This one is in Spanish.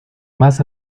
más